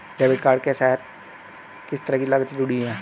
Debit card के साथ किस तरह की लागतें जुड़ी हुई हैं?